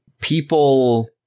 people